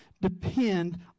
depend